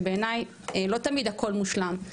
שבעיניי לא תמיד הכול מושלם,